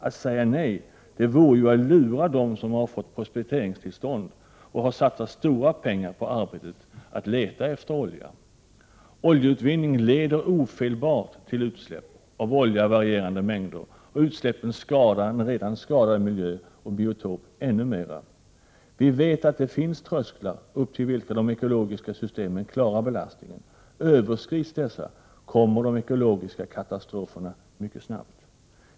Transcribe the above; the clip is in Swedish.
Att säga nej vore att lura dem som har fått prospekteringstillstånd och har satsat stora pengar på arbetet att leta efter olja. Oljeutvinning leder ofelbart till utsläpp av olja i varierande mängder, och utsläppen skadar en redan skadad miljö och biotop ännu mera. Vi vet att det finns trösklar upp till vilka de ekologiska systemen klarar belastningen. Överskrids dessa kommer de ekologiska katastroferna mycket snabbt.